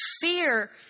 Fear